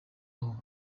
aho